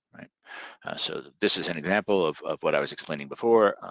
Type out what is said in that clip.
so this is an example of of what i was explaining before,